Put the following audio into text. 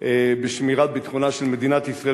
בשמירת ביטחונה של מדינת ישראל,